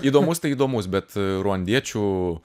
įdomus tai įdomus bet ruandiečių